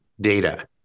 data